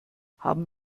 haben